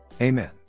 amen